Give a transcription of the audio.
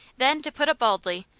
then to put it baldly,